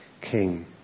king